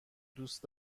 دوست